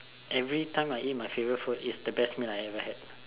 everytime I eat my favourite food it's the best meal I ever had